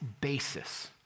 basis